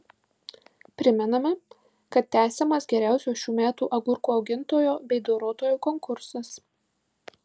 primename kad tęsiamas geriausio šių metų agurkų augintojo bei dorotojo konkursas